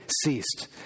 ceased